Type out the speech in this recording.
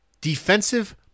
defensive